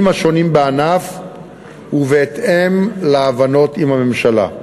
השונים בענף ובהתאם להבנות עם הממשלה.